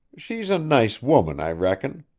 she's a nice woman, i reckon.